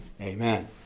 amen